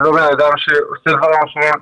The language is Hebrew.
לא עושה דברים אחרים.